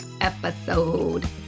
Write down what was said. episode